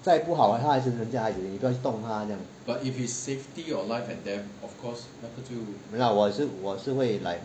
再不好他还是人家孩子你不要去动他这样子没啦我也是我是会 like